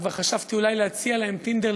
וכבר חשבתי אולי להציע להם "טינדר",